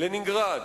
לנינגרד.